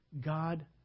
God